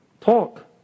talk